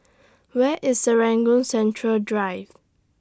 Where IS Serangoon Central Drive